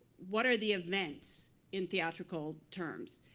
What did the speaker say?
what are the events in theatrical terms?